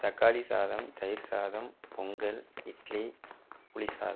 தக்காளி சாதம் தயிர் சாதம் பொங்கல் இட்லி புளி சாதம்